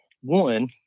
one